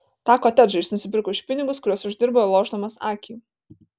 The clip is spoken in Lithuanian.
tą kotedžą jis nusipirko už pinigus kuriuos uždirbo lošdamas akį